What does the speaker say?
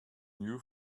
new